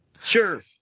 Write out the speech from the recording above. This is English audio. Sure